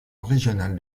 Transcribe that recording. régionale